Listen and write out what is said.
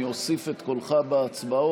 אני אוסיף את קולך בהצבעות,